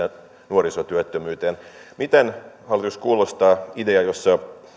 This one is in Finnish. nuorisotyöttömyyteen miltä hallitus kuulostaa idea